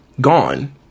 gone